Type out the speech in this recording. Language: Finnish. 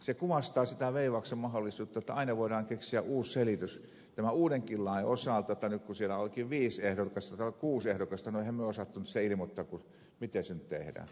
se kuvastaa sitä veivauksen mahdollisuutta että aina voidaan keksiä uusi selitys tämän uudenkin lain osalta että nyt kun siellä olikin viisi ehdokasta tai kuusi ehdokasta niin emmehän me osanneet sitä ilmoittaa miten se nyt tehdään